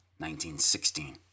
1916